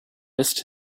missed